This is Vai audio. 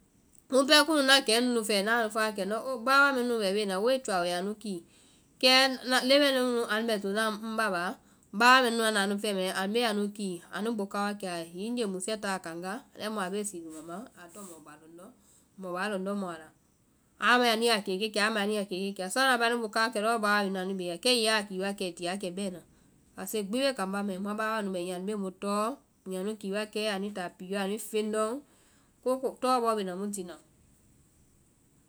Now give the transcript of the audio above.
Kumu pɛɛ kunu na kɛ nu nu fɛɛ na a fɔ wa kɛ ŋndɔ wo báwaa mɛ nunu kii. Kɛ ŋna- leŋ mɛɛ nu nu anu bɛ to na ŋ ba báa, báwaa mɛ nu nu anu anu bee nu kii, anui boo ka wa kɛa. hiŋi gee musuɛ taa kaŋ wa, lɛi mu a bee sii luma ma. a tɔŋ mɔ ba lɔndɔ́, mɔbáa lɔndɔ́ mua. A mae anu ya kee kɛ kia, amae anu ya kee kɛ kia, so anda mae ani boo ka wa kɛ lɔɔ báwaa mɛ nuã anu bɛ bee na, kɛ ya a kie ai ti wa kɛ bɛna. Kasigbi bee kambá mai, muã báwaa nu bɛ niyɛ anu bee mu tɔɔ, mu ya nu kii wa kɛ, anu táa pɛɛɔ anui feŋlɔŋ, koo ko- tɔɔ bɔ bee na mu tina.